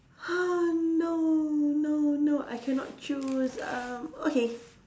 !huh! no no no I cannot choose um okay